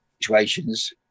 situations